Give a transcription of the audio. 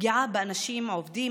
הפגיעה באנשים עובדים,